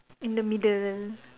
in the middle the